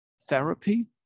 therapy